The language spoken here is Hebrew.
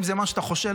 אם זה מה שאתה חושב,